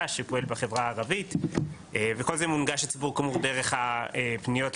שפועל בחברה הערבית וכל זה מונגש לציבור דרך המחלקות